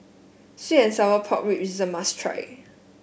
sweet and Sour Pork rib is a must try